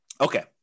Okay